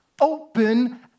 open